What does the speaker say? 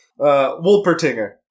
Wolpertinger